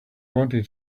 wanted